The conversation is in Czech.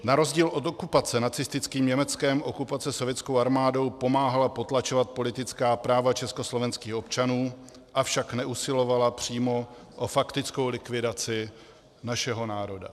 Na rozdíl od okupace nacistickým Německem okupace sovětskou armádou pomáhala potlačovat politická práva československých občanů, avšak neusilovala přímo o faktickou likvidaci našeho národa.